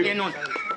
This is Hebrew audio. יותר.